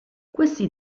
questi